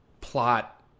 plot